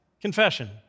confession